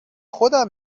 خودم